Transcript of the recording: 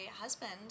husband